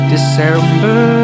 December